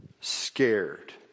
scared